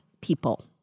people